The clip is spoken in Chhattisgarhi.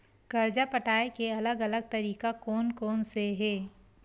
कर्जा पटाये के अलग अलग तरीका कोन कोन से हे?